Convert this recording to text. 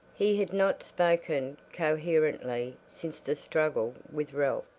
he had not spoken coherently since the struggle with ralph,